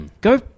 Go